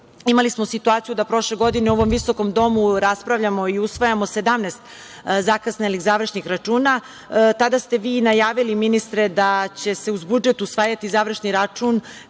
Imali smo situaciju da prošle godine u ovom visokom domu raspravljamo i usvajamo 17 zakasnelih završih računa. Tada ste vi najavili, ministre, da će se uz budžet usvajati završni račun